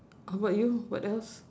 how about you what else